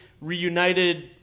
reunited